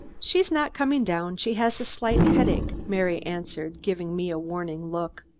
she's not coming down. she has a slight headache, mary answered, giving me a warning look.